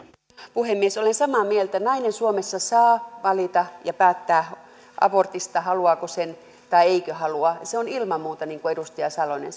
puhemies olen samaa mieltä nainen suomessa saa valita ja päättää abortista haluaako sen vai eikö halua se on ilman muuta niin kuin edustaja salonen